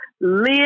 Live